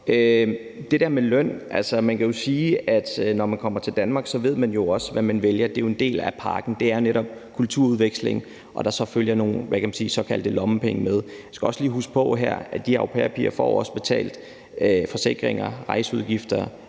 det der med løn man kan jo sige, at man, når man kommer til Danmark, så også ved, hvad man vælger. Det er jo en del af pakken, altså netop kulturudveksling, og der følger så såkaldte lommepenge med, og man skal her også lige huske på, at de her au pair-piger også får betalt forsikringer, rejseudgifter